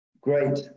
Great